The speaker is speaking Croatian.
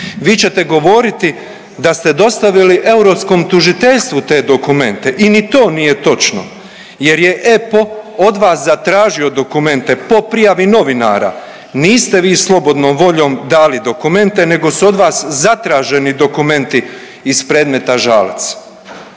Vi ćete govoriti da ste dostavili europskom tužiteljstvu te dokumente i to nije točno jer je EPPO od vas zatražio dokumente po prijavi novinara, niste vi slobodnom voljom dali dokumente nego su od vas zatraženi dokumenti iz predmeta Žalac,